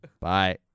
Bye